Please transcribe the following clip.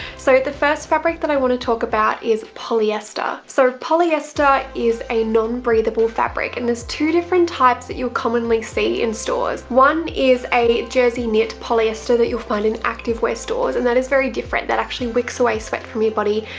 so the first fabric that i wanna talk about is polyester. so polyester is a non-breathable fabric and there's two different types that you'll commonly see in stores. one is a jersey knit polyester that you'll find in active wear stores and that is very different. that actually wicks away sweat from your body,